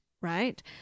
right